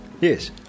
Yes